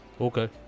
Okay